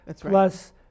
plus